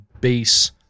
bass